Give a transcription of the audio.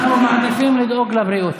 אנחנו מעדיפים לדאוג לבריאות.